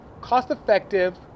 cost-effective